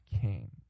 came